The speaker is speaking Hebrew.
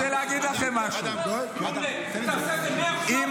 תעשה את זה מעכשיו עד סוף היום.